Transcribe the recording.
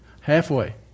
halfway